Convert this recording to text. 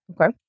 Okay